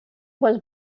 was